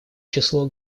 число